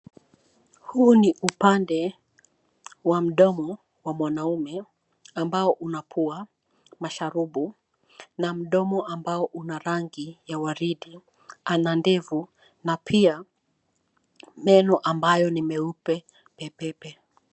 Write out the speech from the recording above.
Huu ni upande wa mdomo wa mwanamume ambao una pua, masharubu na mdomo ambao una rangi ya waridi. Ana ndevu na pia meno ambayo ni meupe pe pe pe.